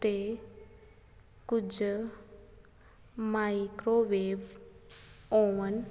ਉੱਤੇ ਕੁੱਝ microwave oven